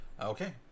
Okay